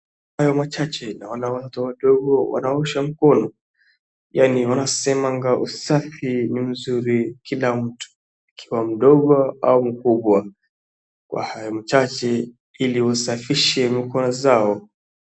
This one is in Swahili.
Na hayo machache naona watu wandogo wanaosha mkono. Yani wanasemanga usafi mzuri kila mtu ukiwa mdogo au mkubwa kwa hayo machache ili usafishe mkono zao